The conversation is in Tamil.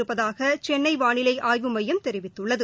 இருப்பதாக சென்னை வானிலை ஆய்வு மையம் தெரிவித்துள்ளது